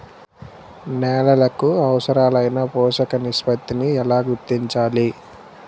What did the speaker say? నేలలకు అవసరాలైన పోషక నిష్పత్తిని ఎలా గుర్తించాలి?